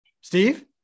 steve